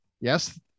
Yes